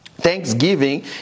Thanksgiving